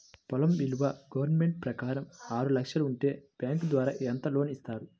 పొలం విలువ గవర్నమెంట్ ప్రకారం ఆరు లక్షలు ఉంటే బ్యాంకు ద్వారా ఎంత లోన్ ఇస్తారు?